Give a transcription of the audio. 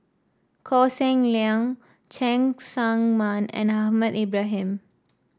Koh Seng Leong Cheng Tsang Man and Ahmad Ibrahim